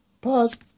Pause